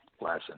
lesson